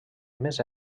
més